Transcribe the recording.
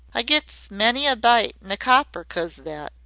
i gets many a bite an' a copper cos o that.